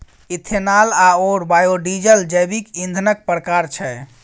ethanol आओर biodiesel जैविक ईंधनक प्रकार छै